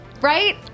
right